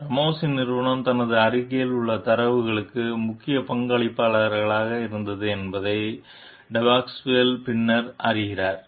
ராமோஸின் நிறுவனம் தனது ஆய்வறிக்கையில் உள்ள தரவுகளுக்கு முக்கிய பங்களிப்பாளராக இருந்தது என்பதை டெபாஸ்குவேல் பின்னர் அறிகிறார்